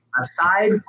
Aside